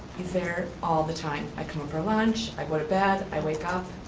he's there all the time. i come for lunch, i go to bed, i wake up,